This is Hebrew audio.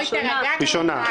ראשונה.